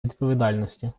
відповідальності